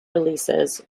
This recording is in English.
releases